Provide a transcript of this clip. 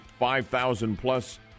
5,000-plus